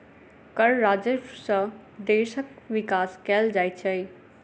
कर राजस्व सॅ देशक विकास कयल जाइत छै